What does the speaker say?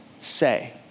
say